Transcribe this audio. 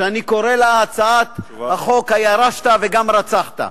שאני קורא לה: הצעת חוק "הירשת וגם רצחת".